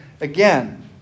again